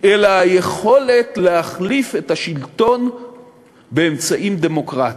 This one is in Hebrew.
אלא היכולת להחליף את השלטון באמצעים דמוקרטיים.